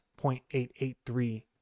0.883